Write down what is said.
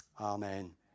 amen